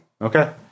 Okay